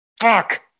fuck